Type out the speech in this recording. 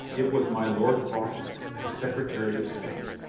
it was my lord falkland, the secre tary of state.